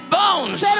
bones